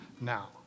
now